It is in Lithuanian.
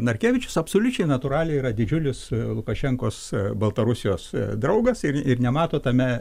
narkevičius absoliučiai natūraliai yra didžiulis lukašenkos baltarusijos draugas ir ir nemato tame